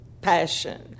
passion